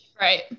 Right